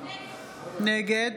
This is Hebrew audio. נגד